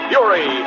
Fury